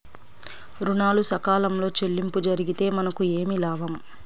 ఋణాలు సకాలంలో చెల్లింపు జరిగితే మనకు ఏమి లాభం?